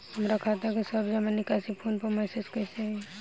हमार खाता के सब जमा निकासी फोन पर मैसेज कैसे आई?